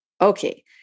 Okay